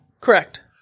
Correct